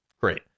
Great